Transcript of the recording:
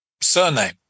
surname